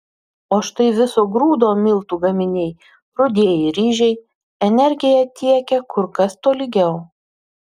o štai viso grūdo miltų gaminiai rudieji ryžiai energiją tiekia kur kas tolygiau